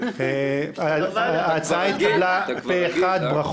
הצבעה בעד רוב נגד אין נמנעים אין הצעת ועדת החינוך,